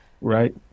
Right